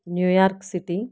New York city